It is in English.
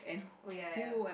oh ya ya